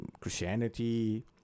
Christianity